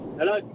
hello